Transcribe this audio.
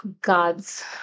God's